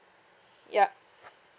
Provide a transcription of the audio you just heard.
yup